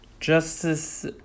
Justice